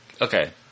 Okay